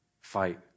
fight